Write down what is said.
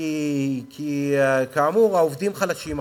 כי כאמור העובדים חלשים עכשיו,